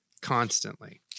constantly